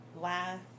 laugh